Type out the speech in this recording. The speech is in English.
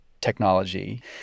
technology